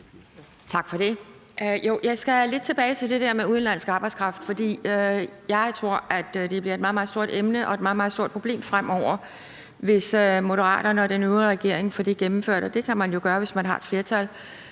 Tak for det. Jeg skal vende lidt tilbage til det der med udenlandsk arbejdskraft. For jeg tror, at det bliver et meget, meget stort emne og et meget, meget stort problem fremover, hvis Moderaterne og den øvrige regering får det gennemført, og det kan man jo gøre, hvis man har et flertal.